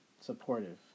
supportive